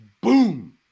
Boom